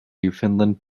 newfoundland